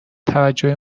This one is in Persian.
توجه